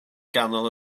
ganol